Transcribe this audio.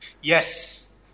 Yes